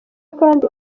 kandi